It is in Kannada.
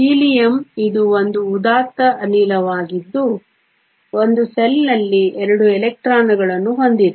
ಹೀಲಿಯಂ ಇದು ಒಂದು ಉದಾತ್ತ ಅನಿಲವಾಗಿದ್ದು 1 ಸೆಲ್ನಲ್ಲಿ 2 ಎಲೆಕ್ಟ್ರಾನ್ಗಳನ್ನು ಹೊಂದಿದೆ